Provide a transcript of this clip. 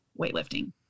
weightlifting